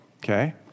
Okay